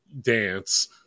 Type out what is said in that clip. dance